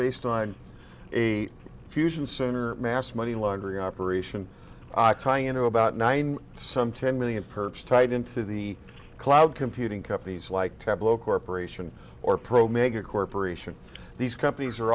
based on a fusion sooner mass money laundering operation i tie into about nine some ten million perps tied into the cloud computing companies like tablo corporation or pro mega corporation these companies are